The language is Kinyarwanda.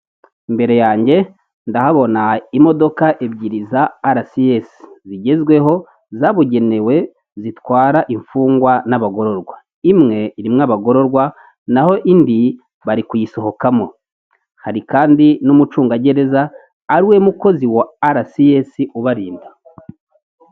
Imbere yanjye ndahabona imodoka ebyiri za arasiyesi zigezweho zabugenewe, zitwara imfungwa n'abagororwa. Imwe irimo abagororwa, naho indi bari kuyisohokamo. Hari kandi n'umucungagereza ar iwe mukozi wa arasiyesi ubarinda.